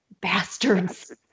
Bastards